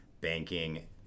banking